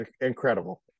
Incredible